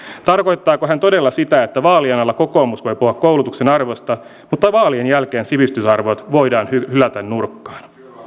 tarkoittaako hän todella sitä että vaalien alla kokoomus voi puhua koulutuksen arvosta mutta vaalien jälkeen sivistysarvot voidaan hylätä nurkkaan